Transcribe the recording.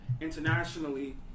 internationally